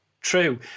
true